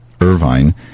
irvine